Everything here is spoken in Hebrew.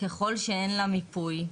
ככל שאין לה מיפוי,